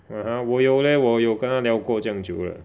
(uh huh) 我有 leh 我有跟他聊过这样久的